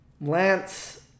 Lance